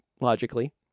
logically